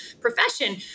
profession